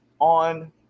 on